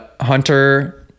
Hunter